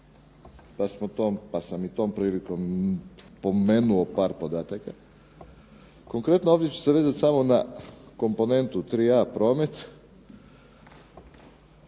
pa sam i tom prilikom spomenuo par podataka. Konkretno ovdje ću se vezati samo na komponentu 3A promet,